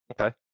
Okay